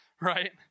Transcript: right